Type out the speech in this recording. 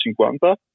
Cinquanta